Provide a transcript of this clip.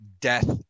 death